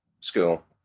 school